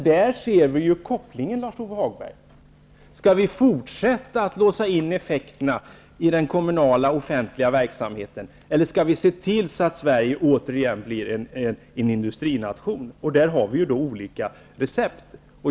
Där ser vi kopplingen, Skall vi fortsätta att låsa in effekterna i den kommunala offentliga verksamheten, eller skall vi se till att Sverige återigen blir en industrination? Där har vi då olika recept.